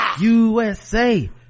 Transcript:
USA